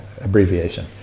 abbreviation